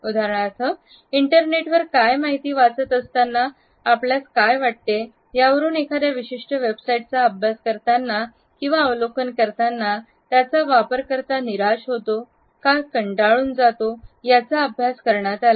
उदाहरणार्थ इंटरनेटवर काय माहिती वाचत असताना कसा वाटतो यावरून एखाद्या विशिष्ट वेबसाईटचा अभ्यास करताना किंवा अवलोकन करताना त्यांचा वापरकरता निराश होतो किंवा कंटाळून जातो याचा अभ्यास करण्यात आला